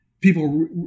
People